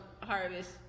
harvest